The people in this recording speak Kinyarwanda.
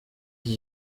iki